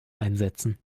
einsetzen